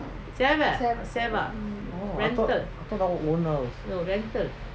oh I thought I thought that was our own house